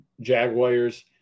Jaguars